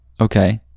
okay